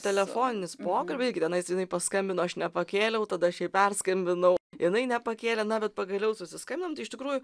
telefoninis pokalbis irgi tenais jinai paskambino aš nepakėliau tada aš jai perskambinau jinai nepakėlė na bet pagaliau susiskambinom tai iš tikrųjų